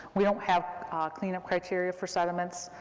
we don't have cleanup criteria for sediments,